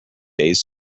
days